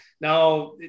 now